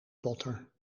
potter